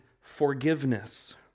forgiveness